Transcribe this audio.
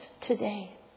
today